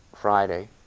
Friday